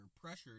pressured